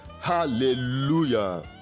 Hallelujah